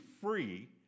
free